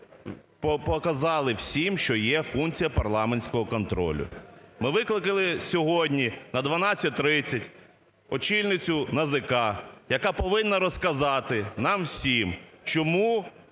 показали всім, що є функція парламентського контролю. Ми викликали сьогодні на 12.30 очільницю НАЗК, яка повинна розказати нам всім, чому